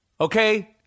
okay